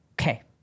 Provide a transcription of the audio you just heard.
Okay